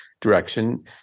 direction